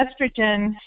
estrogen